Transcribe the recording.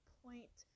point